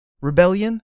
Rebellion